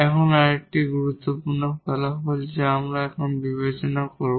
এখন আরেকটি গুরুত্বপূর্ণ ফলাফল যা আমরা এখন বিবেচনা করব